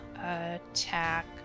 attack